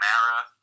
Mara